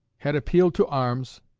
had appealed to arms,